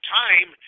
time